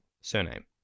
Surname